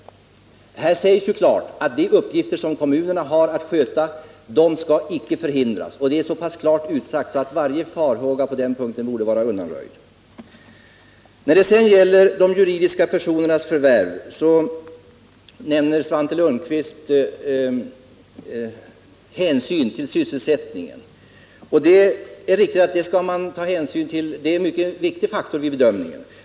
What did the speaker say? Här sägs klart att de uppgifter som kommunerna har att sköta icke skall förhindras. Det är så klart utsagt att varje farhåga på den punkten torde vara undanröjd. När det gäller de juridiska personernas förvärv nämner Svante Lundkvist hänsynen till sysselsättningen. Det är riktigt att sysselsättningen är en mycket viktig faktor vid bedömningen.